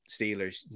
steelers